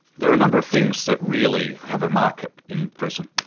there are a number of things that really have a market in prison.